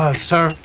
ah sir?